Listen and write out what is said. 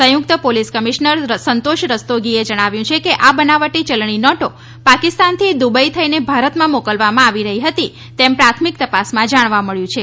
સંયુક્ત police commissioner Santosh રસ્તોગીએ જણાવ્યું છે કે આ બનાવટી ચલણી નોટો પાકિસ્તાનથી દુબઈ થઈને ભારતમાં મોકલવામાં આવી રહી હતી તેમ પ્રાથમિક તપાસમાં જાણવા મબ્યું છે